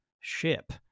ship